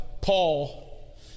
Paul